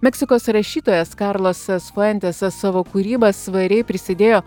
meksikos rašytojas karlosas fuentesas savo kūryba svariai prisidėjo